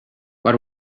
but